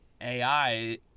AI